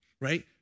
right